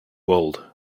old